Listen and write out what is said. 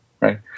right